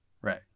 Right